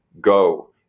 go